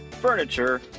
furniture